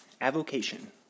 Avocation